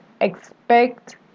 Expect